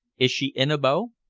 is she in abo?